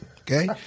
okay